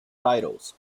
titles